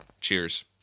Cheers